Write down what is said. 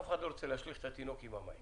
ואף אחד לא רוצה להשליך את התינוק עם המים.